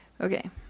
Okay